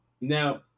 Now